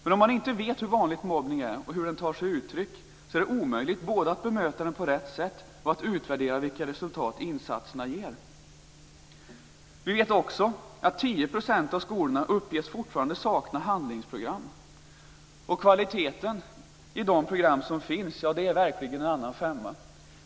Då man inte vet hur vanligt mobbning är och hur den tar sig uttryck, är det omöjligt både att bemöta den på rätt sätt och att utvärdera vilka resultat insatserna ger. Vi vet också att 10 % av skolorna uppges fortfarande sakna handlingsprogram. Kvaliteten i de program som finns är verkligen en annan femma.